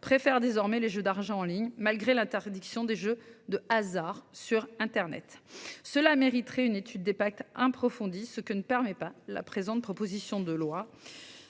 préfèrent désormais les jeux d'argent en ligne malgré l'interdiction des jeux de hasard sur Internet. Cela mériterait une étude des pactes un profond dit ce que ne permet pas la présente, proposition de loi.